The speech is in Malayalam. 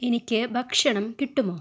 എനിക്ക് ഭക്ഷണം കിട്ടുമോ